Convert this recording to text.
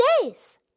days